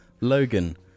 Logan